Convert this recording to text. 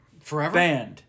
Forever